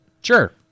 Sure